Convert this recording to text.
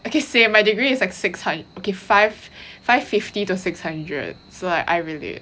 I can say my degree is like six hundred k five five fifty to six hundred so I I relate